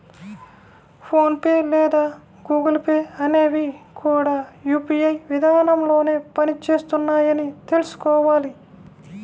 phone pay లేదా Google pay అనేవి కూడా యూ.పీ.ఐ విధానంలోనే పని చేస్తున్నాయని తెల్సుకోవాలి